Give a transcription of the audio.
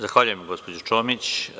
Zahvaljujem, gospođo Čomić.